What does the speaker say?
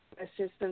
assistance